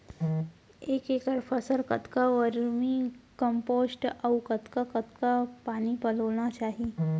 एक एकड़ फसल कतका वर्मीकम्पोस्ट अऊ कतका कतका पानी पलोना चाही?